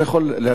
אתה יכול להישאר.